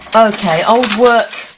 ok, old work,